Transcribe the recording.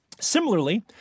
Similarly